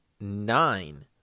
nine